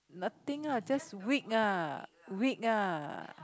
nothing ah just weak ah weak ah